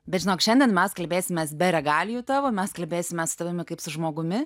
bet žinok šiandien mes kalbėsimės be regalijų tavo mes kalbėsimės su tavimi kaip su žmogumi